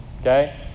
Okay